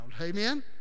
Amen